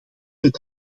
met